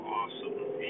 awesome